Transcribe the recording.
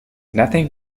nothing